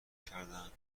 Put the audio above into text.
کردند